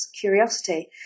curiosity